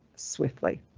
swiftly.